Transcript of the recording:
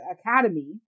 academy